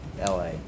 LA